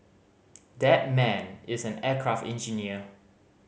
that man is an aircraft engineer